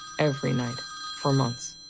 every night for months.